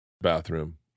bathroom